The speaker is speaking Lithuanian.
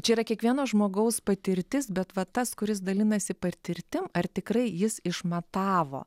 čia yra kiekvieno žmogaus patirtis bet va tas kuris dalinasi patirtim ar tikrai jis išmatavo